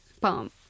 palm